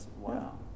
Wow